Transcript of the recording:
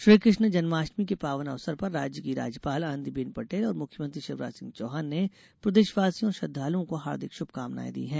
श्रीकृष्ण जन्माष्टमी के पावन अवसर पर राज्य की राज्यपाल आनंदी बेन पटेल और मुख्यमंत्री शिवराज सिंह चौहान ने प्रदेशवासियों और श्रद्धालुओं को हार्दिक शुभकामनाएँ दी हैं